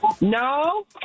No